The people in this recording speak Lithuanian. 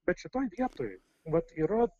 bet šitoj vietoj vat yra